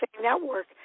Network